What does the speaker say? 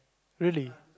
really